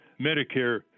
Medicare